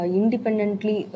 independently